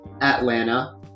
Atlanta